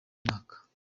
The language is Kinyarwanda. mwaka